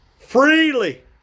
freely